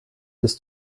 bis